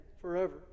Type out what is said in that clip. forever